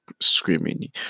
screaming